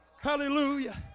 Hallelujah